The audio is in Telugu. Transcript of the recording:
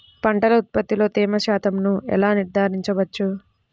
పంటల ఉత్పత్తిలో తేమ శాతంను ఎలా నిర్ధారించవచ్చు?